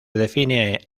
define